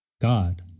God